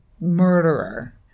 murderer